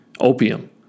opium